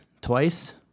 twice